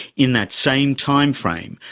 in that same timeframe,